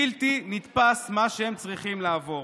בלתי נתפס מה שהם צריכים לעבור.